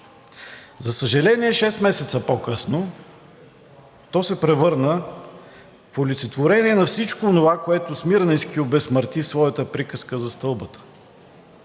За съжаление, шест месеца по-късно то се превърна в олицетворение на всичко онова, което Смирненски обезсмърти в своята „Приказка за стълбата“.